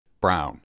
Brown